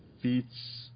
feats